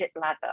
ladder